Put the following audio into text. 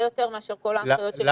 יותר מאשר כל ההנחיות שניתנו עד היום.